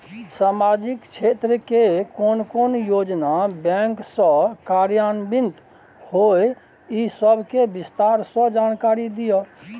सामाजिक क्षेत्र के कोन कोन योजना बैंक स कार्यान्वित होय इ सब के विस्तार स जानकारी दिय?